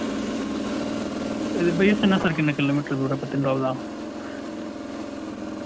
ते भैया सनासर किन्ना किलोमीटर दूर ऐ पत्नीटाप दा